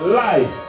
life